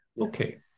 Okay